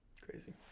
Crazy